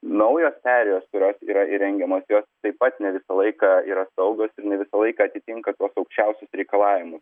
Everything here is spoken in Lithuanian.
naujos perėjos kurios yra įrengiamos jos taip pat ne visą laiką yra saugios ir ne visą laiką atitinka tuos aukščiausius reikalavimus